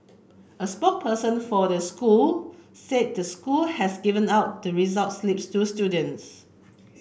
a spokesperson for the school said the school has given out the results slips to students